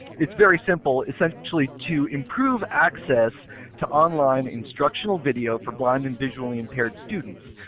it's very simple, it's actually to improve access to on line instructional videos for blind and visually impaired students.